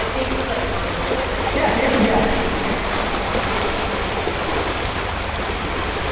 like they just like wanted so like like yes. the answer is yes. yes. someone snapchatted me my apartment building. can i have a body yeah